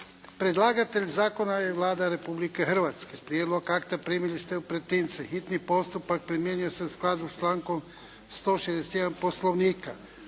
Predlagatelj zakona je Vlada Republike Hrvatske. Prijedlog akta primili ste u pretince. Hitni postupak primjenjuje se u skladu s člankom 161. Poslovnika.